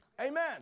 Amen